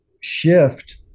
shift